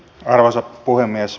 arvoisa puhemies